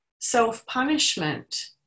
self-punishment